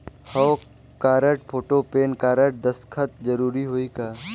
हव card, photo, PAN card, दस्खत जरूरी होही का?